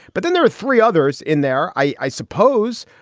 but then there are three others in there, i suppose,